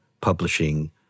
publishing